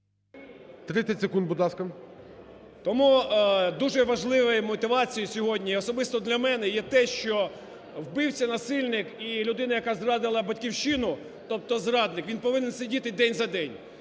30 секунд, будь ласка. КОЖЕМ’ЯКІН А.А. Тому дуже важливою мотивацією сьогодні особисто для мене є те, що вбивця, насильник і людина, яка зрадила Батьківщину, тобто зрадник, він повинен сидіти день за день.